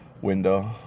window